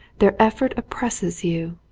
their effort oppresses you.